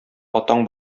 атаң